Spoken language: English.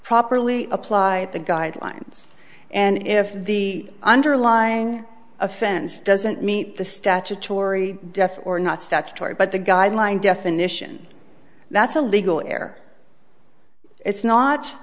properly apply the guidelines and if the underlying offense doesn't meet the statutory death or not statutory but the guideline definition that's a legal air it's not